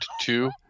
two